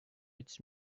its